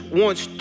wants